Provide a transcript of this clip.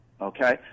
Okay